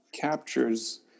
captures